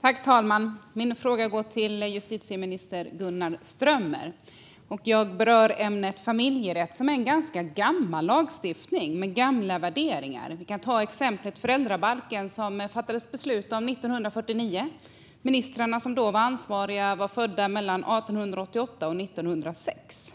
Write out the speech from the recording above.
Fru talman! Min fråga går till justitieminister Gunnar Strömmer. Den berör ämnet familjerätt, där lagstiftningen är ganska gammal och uppvisar gamla värderingar. Vi kan ta exemplet föräldrabalken, som det fattades beslut om 1949. Ministrarna som då var ansvariga var födda mellan 1888 och 1906.